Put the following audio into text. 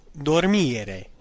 dormire